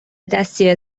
دستی